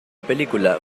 película